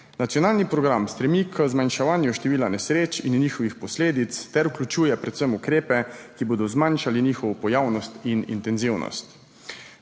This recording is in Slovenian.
Nacionalni program stremi k zmanjševanju števila nesreč in njihovih posledic ter vključuje predvsem ukrepe, ki bodo zmanjšali njihovo pojavnost in intenzivnost.